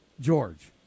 George